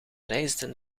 reisden